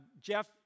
Jeff